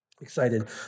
Excited